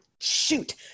shoot